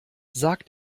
sag